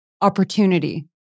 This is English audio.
opportunity